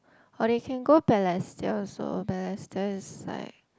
or they can go Balestier also Balestier is like